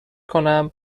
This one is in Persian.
کنم